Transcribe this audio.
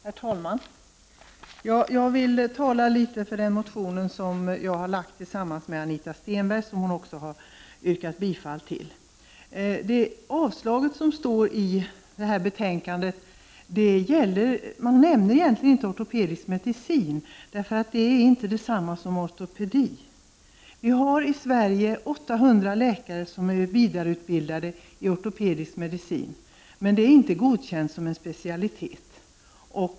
Herr talman! Jag vill tala litet för den motion som jag har väckt tillsammans med Anita Stenberg och som hon har yrkat bifall till. I avstyrkandet av motionen i betänkandet nämner man egentligen inte ortopedisk medicin. Det är inte detsamma som ortopedi. Vi har i Sverige 800 läkare som är vidareutbildade i ortopedisk medicin, men det är inte godkänt som specialitet.